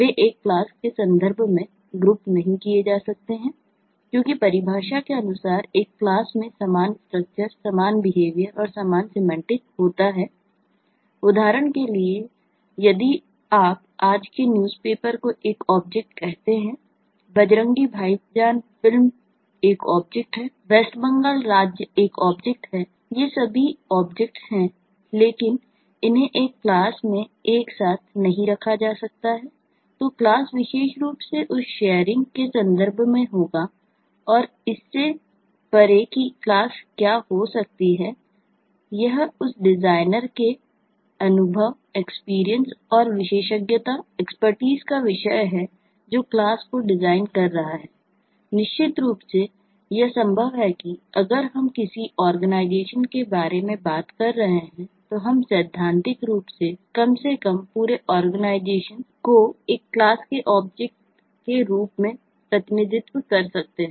ये सभी ऑब्जेक्ट्स रूप में प्रतिनिधित्व कर सकते हैं